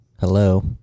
Hello